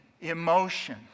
emotion